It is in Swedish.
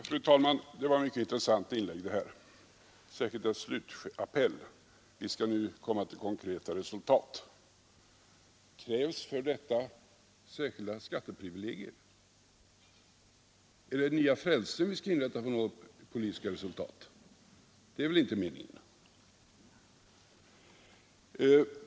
Fru talman! Detta var ett mycket intressant inlägg, särskilt dess slutappell: Vi skall nu komma till konkreta resultat. Krävs för detta särskilda skatteprivilegier? Eller är det nya frälsen vi skall inrätta för att nå politiska resultat? Det är väl inte meningen.